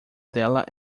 dela